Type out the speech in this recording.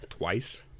twice